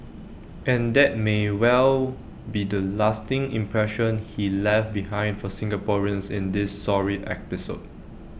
and that may well be the lasting impression he left behind for Singaporeans in this sorry episode